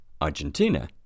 Argentina